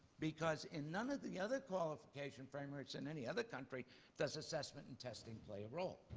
because in none of the other qualification framers in any other country does assessment and testing play a role.